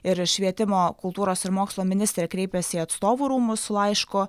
ir švietimo kultūros ir mokslo ministrė kreipėsi į atstovų rūmus su laišku